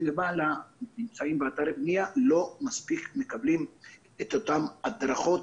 למעלה באתרי הבנייה לא מקבלים מספיק את אותן הדרכות,